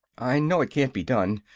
i know it can't be done!